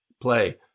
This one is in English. play